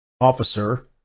officer